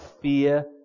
fear